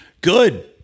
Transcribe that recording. Good